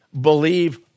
believe